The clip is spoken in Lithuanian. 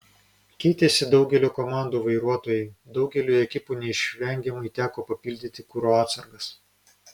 keitėsi daugelio komandų vairuotojai daugeliui ekipų neišvengiamai teko papildyti kuro atsargas